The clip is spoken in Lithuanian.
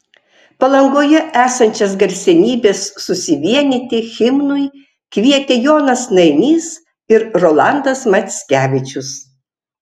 palangoje esančias garsenybes susivienyti himnui kvietė jonas nainys ir rolandas mackevičius